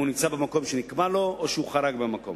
אם הוא נמצא במקום שנקבע לו או שהוא חרג מהמקום.